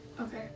okay